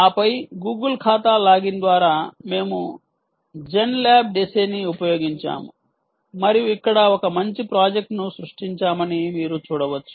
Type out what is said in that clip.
ఆపై గూగుల్ ఖాతా లాగిన్ ద్వారా మేము Zen lab dese ని ఉపయోగించాము మరియు ఇక్కడ ఒక మంచి ప్రాజెక్ట్ను సృష్టించామని మీరు చూడవచ్చు